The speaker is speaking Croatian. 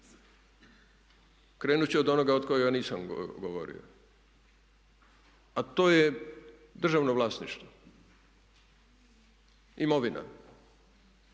Krenuti ću od onoga o kojem nisam govorio a to je državno vlasništvo, imovina.